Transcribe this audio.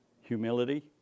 humility